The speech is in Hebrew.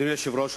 אדוני היושב-ראש,